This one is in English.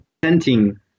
presenting